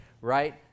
right